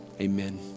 amen